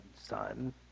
son